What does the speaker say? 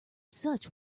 such